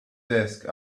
desk